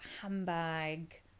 handbag